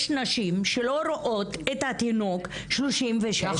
יש נשים שלא רואות את התינוק 36 שעות.